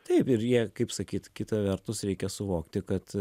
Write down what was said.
taip ir jie kaip sakyt kita vertus reikia suvokti kad